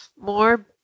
More